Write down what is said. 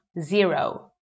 Zero